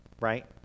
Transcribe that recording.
right